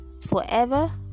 forever